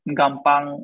gampang